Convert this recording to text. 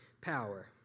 power